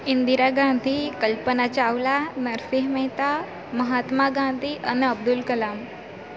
ઈન્દિરા ગાંધી કલ્પના ચાવલા નરસિંહ મહેતા મહાત્મા ગાંધી અને અબ્દુલ કલામ